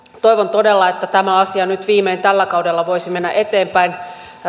toivon todella että tämä asia nyt viimein tällä kaudella voisi mennä eteenpäin